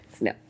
No